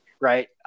right